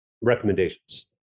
recommendations